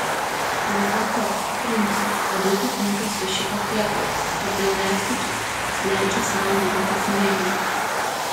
vis dėlto princui labai patinka suši patiekalas todėl retkarčiais jis leidžia sau juo pasimėgauti